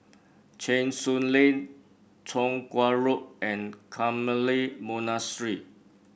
Cheng Soon Lane Chong Kuo Road and Carmelite Monastery